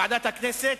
ועדת הכנסת,